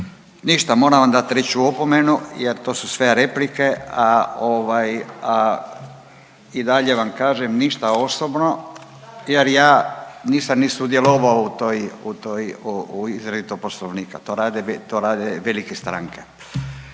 Ništa, moram vam dati treću opomenu jer to su sve replike, a ovaj i dalje vam kažem ništa osobno jer ja nisam ni sudjelovao u toj u toj u izradi poslovnika, to rade velike stranke